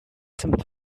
some